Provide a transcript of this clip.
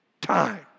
time